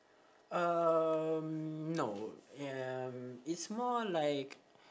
um no uh it's more like